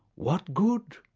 what good,